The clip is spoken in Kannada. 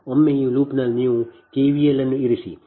ಒಮ್ಮೆ ಈ ಲೂಪ್ನಲ್ಲಿ ನೀವು ಕೆವಿಎಲ್ ಅನ್ನು ಇರಿಸಿ